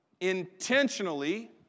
intentionally